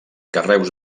carreus